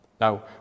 Now